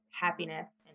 happiness